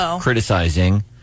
criticizing